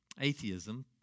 atheism